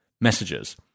messages